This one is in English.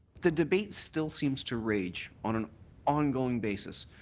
the debate still seems to rage on an ongoing basis.